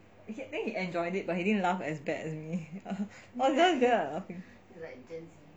I think he enjoyed it but he didn't laugh as bad as me I was there laughing